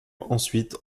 ensuite